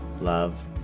Love